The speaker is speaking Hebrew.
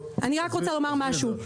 אני רק רוצה לומר משהו.